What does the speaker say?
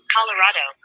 Colorado